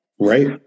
Right